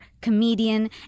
comedian